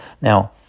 Now